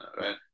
right